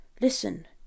Listen